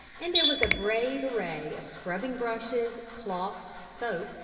and there was a brave array of scrubbing-brushes, cloths, soap,